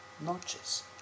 noches